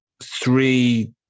three